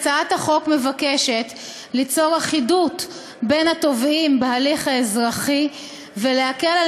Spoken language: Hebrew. הצעת החוק מבקשת ליצור אחידות בין התובעים ולהקל על